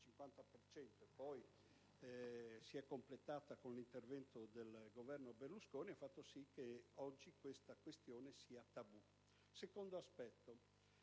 è poi completata con l'intervento del Governo Berlusconi, ha fatto sì che oggi questa questione sia un tabù. Come secondo